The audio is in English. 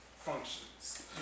functions